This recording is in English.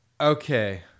okay